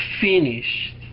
finished